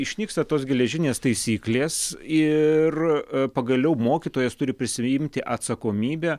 išnyksta tos geležinės taisyklės ir pagaliau mokytojas turi prisiimti atsakomybę